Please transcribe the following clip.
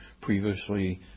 previously